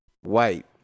white